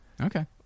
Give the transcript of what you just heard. okay